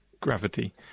gravity